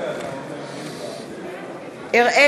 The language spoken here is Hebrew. אראל